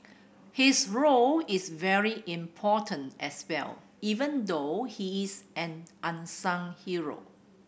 his role is very important as well even though he is an unsung hero